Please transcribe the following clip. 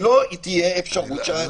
שלא תהיה אפשרות שהזכויות ייפגעו.